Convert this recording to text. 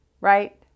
right